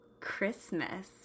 Christmas